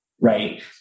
Right